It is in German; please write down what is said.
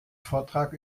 vortrag